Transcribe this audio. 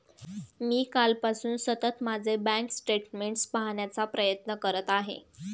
मी कालपासून सतत माझे बँक स्टेटमेंट्स पाहण्याचा प्रयत्न करत आहे